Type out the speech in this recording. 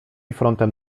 frontem